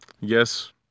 yes